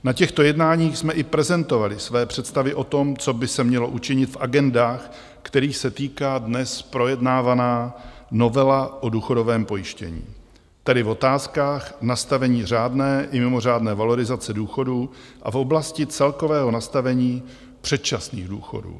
Na těchto jednáních jsme i prezentovali své představy o tom, co by se mělo učinit v agendách, kterých se týká dnes projednávaná novela o důchodovém pojištění, tedy v otázkách nastavení řádné i mimořádné valorizace důchodů a v oblasti celkového nastavení předčasných důchodů.